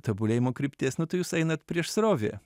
tobulėjimo krypties nu tai jūs einat prieš srovę